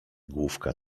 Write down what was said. główka